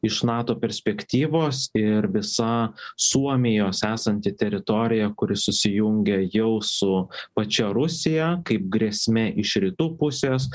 iš nato perspektyvos ir visa suomijos esanti teritorija kuri susijungia jau su pačia rusija kaip grėsme iš rytų pusės